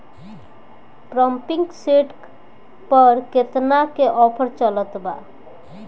Pumping set पर केतना के ऑफर चलत बा?